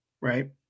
right